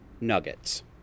nuggets